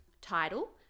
title